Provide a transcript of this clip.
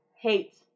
hate